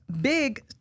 big